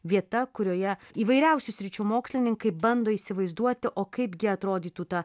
vieta kurioje įvairiausių sričių mokslininkai bando įsivaizduoti o kaipgi atrodytų ta